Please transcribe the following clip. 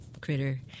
critter